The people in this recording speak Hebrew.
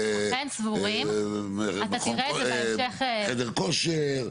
חדר כושר,